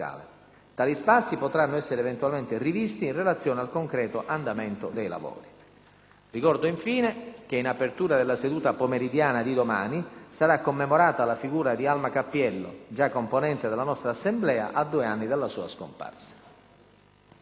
Tali spazi potranno essere eventualmente rivisti in relazione al concreto andamento dei lavori. Ricordo infine che in apertura della seduta pomeridiana di domani sarà commemorata la figura di Alma Cappiello, già componente della nostra Assemblea, a due anni dalla sua scomparsa.